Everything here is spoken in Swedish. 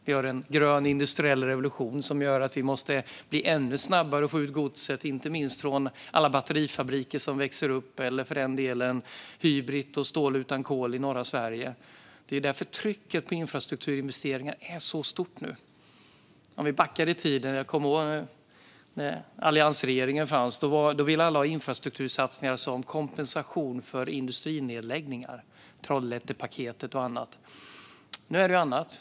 Vi har en grön industriell revolution som gör att vi måste bli ännu snabbare på att få ut godset inte minst från alla batterifabriker som växer upp eller för den delen Hybrit och stål utan kol i norra Sverige. Det är därför trycket på infrastrukturinvesteringar är så stort nu. Vi kan backa lite i tiden till när alliansregeringen fanns. Då ville alla ha infrastruktursatsningar som kompensation för industrinedläggningar. Det var Trollhättepaketet och andra saker. Nu är det annat.